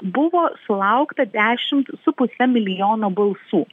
buvo sulaukta dešimt su puse milijono balsų